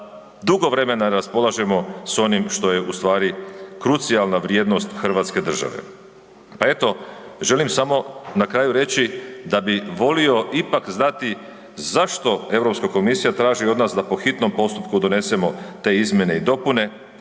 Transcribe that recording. dugo vremena raspolažemo s onim što je ustvari krucijalna vrijednost hrvatske države. Pa eto, želim samo na kraju reći da bi volio ipak znati zašto EU komisija traži od nas da po hitnom postupku donesemo te izmjene i dopune